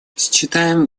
считаем